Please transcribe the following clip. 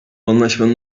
anlaşmanın